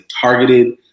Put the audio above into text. targeted